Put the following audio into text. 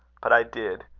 but i did.